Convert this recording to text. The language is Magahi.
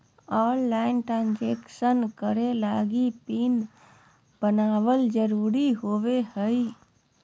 ऑनलाइन ट्रान्सजक्सेन करे लगी पिन बनाना जरुरी होबो हइ